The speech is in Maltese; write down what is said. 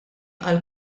għall